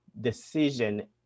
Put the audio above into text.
decision